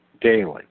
daily